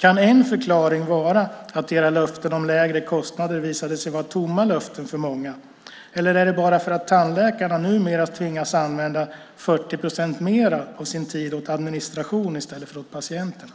Kan en förklaring vara att era löften om lägre kostnader visade sig vara tomma löften för många? Eller är det bara för att tandläkarna numera tvingas använda 40 procent mer av sin tid åt administration i stället för åt patienterna?